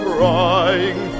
Crying